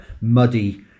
muddy